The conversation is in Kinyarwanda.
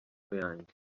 yanjye